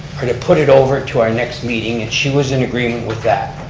or to put it over to our next meeting, and she was in agreement with that.